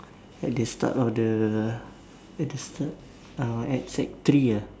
at the start of the at the start uh at sec three ah